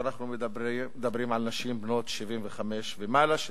כשאנחנו מדברים על נשים בנות 75 שנה ומעלה,